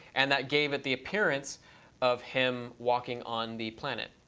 and that gave it the appearance of him walking on the planet.